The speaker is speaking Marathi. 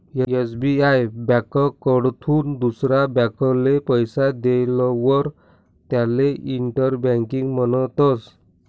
एस.बी.आय ब्यांककडथून दुसरा ब्यांकले पैसा देयेलवर त्याले इंटर बँकिंग म्हणतस